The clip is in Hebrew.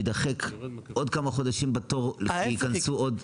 יידחק עוד כמה חודשים בתור וייכנסו עוד.